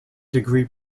degree